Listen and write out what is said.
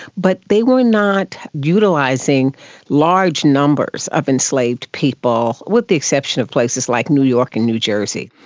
but they were not utilising large numbers of enslaved people, with the exception of places like new york and new jersey.